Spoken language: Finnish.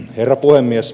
herra puhemies